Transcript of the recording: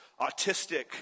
autistic